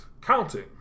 counting